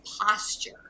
posture